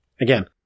Again